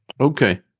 Okay